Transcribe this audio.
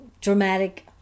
dramatic